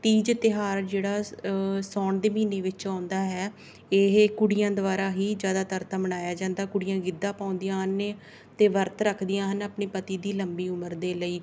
ਤੀਜ ਤਿਉਹਾਰ ਜਿਹੜਾ ਸਾਉਣ ਦੇ ਮਹੀਨੇ ਵਿੱਚ ਆਉਂਦਾ ਹੈ ਇਹ ਕੁੜੀਆਂ ਦੁਆਰਾ ਹੀ ਜ਼ਿਆਦਾਤਰ ਤਾਂ ਮਨਾਇਆ ਜਾਂਦਾ ਕੁੜੀਆਂ ਗਿੱਧਾ ਪਾਉਂਦੀਆਂ ਹਨ ਨੇ ਅਤੇ ਵਰਤ ਰੱਖਦੀਆਂ ਹਨ ਆਪਣੇ ਪਤੀ ਦੀ ਲੰਬੀ ਉਮਰ ਦੇ ਲਈ